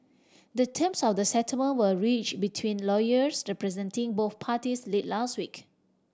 the terms of the settlement were reach between lawyers representing both parties late last week